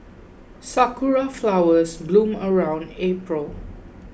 sakura flowers bloom around April